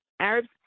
Arabs